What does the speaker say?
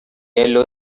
yellow